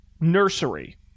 nursery